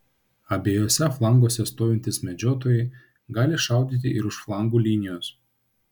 abiejuose flanguose stovintys medžiotojai gali šaudyti ir už flangų linijos